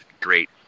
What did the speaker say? great